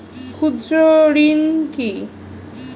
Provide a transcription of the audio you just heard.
ক্ষুদ্র ঋণ কি?